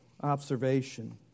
observation